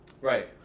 Right